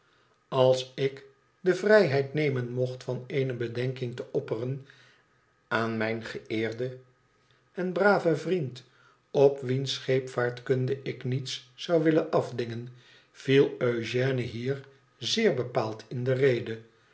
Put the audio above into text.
als ik de vrijheid nemen mocht van eene bedenking te opperen aan mijn geëerden en braven vriend op wiens scheepvaartkunde ik niets zou willen afdingen viel eugène hier zeer bepaald m de rede